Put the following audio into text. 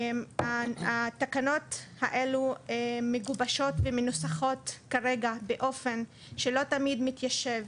התקנות האלה מגובשות ומנוסחות כרגע באופן שלא תמיד מתיישב